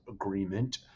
agreement